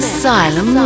Asylum